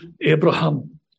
Abraham